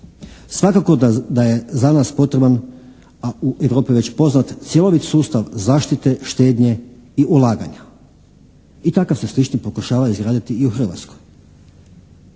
Svakako da je za nas potreban, a u Europi već poznat cjelovit sustav zaštite, štednje i ulaganja i takav se slični pokušava izgraditi i u Hrvatskoj.